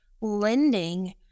lending